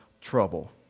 trouble